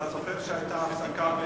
אתה זוכר שהיתה הפסקה,